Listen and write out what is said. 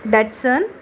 Datsun